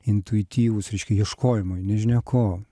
intuityvūs reiškia ieškojimai nežinia ko